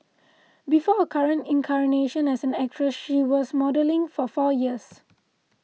before her current incarnation as actress she was modelling for four years